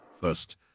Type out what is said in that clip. First